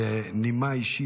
בנימה אישית,